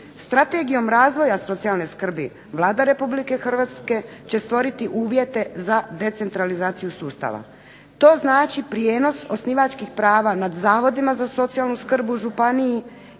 Strategijom razvoja socijalne skrbi Vlada Republike Hrvatske će stvoriti uvjete za decentralizaciju sustava. To znači prijenos osnivačkih prava nad Zavodima za socijalnu skrb u županiji